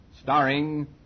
starring